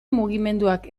mugimenduak